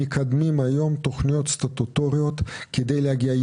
מקדמים היום תכניות סטטוטוריות כדי להגיע.